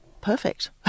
perfect